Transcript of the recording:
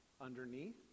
underneath